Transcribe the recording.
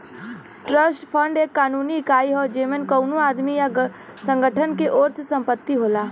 trust fund एक कानूनी इकाई हौ जेमन कउनो आदमी या संगठन के ओर से संपत्ति होला